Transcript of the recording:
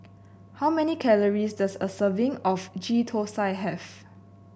how many calories does a serving of Ghee Thosai have